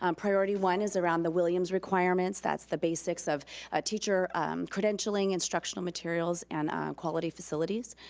um priority one is around the williams requirements, that's the basics of ah teacher credentialing, instructional materials and quality facilities.